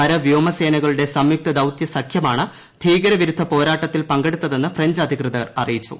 കര വ്യോമസേനകളുടെ സംയുക്ത ദൌത്യ സഘ്യമാണ് ഭീകരവിരുദ്ധ പോരാട്ടത്തിൽ പങ്കെടുത്തതെന്ന് ഫ്രഞ്ച് അധികൃതർ അറിയിച്ചു